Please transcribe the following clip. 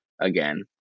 again